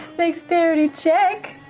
dexterity check,